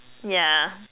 yeah